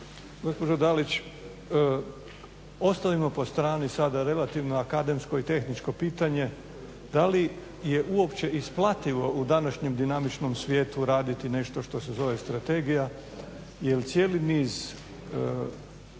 Gospođo Dalić ostavimo po strani sada relativno akademsko i tehničko pitanje da li je uopće isplativo u današnjem dinamičnom svijetu raditi nešto što se zove strategija jer cijeli niz